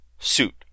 suit